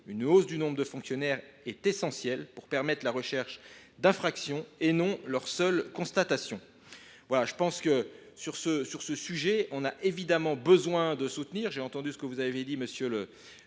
Une hausse du nombre de fonctionnaires est essentielle pour permettre la recherche d’infractions et non leur seule constatation.